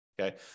Okay